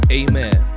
amen